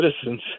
citizens